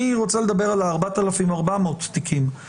אני רוצה לדבר על 4,400 תיקים.